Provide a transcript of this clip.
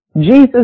Jesus